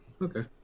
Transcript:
Okay